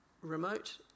remote